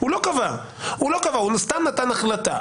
הוא לא קבע, הוא סתם נתן החלטה.